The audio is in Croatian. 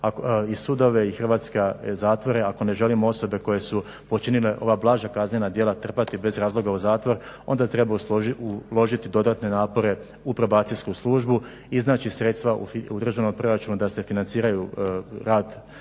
sudove i hrvatske zatvore, ako ne želimo osobe koje su počinile ova blaža kaznena djela trpati bez razloga u zatvor onda treba uložiti dodatne napore u probacijsku službu, iznaći sredstva u državnom proračunu da se financiraju rad